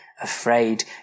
afraid